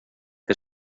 que